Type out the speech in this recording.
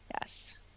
yes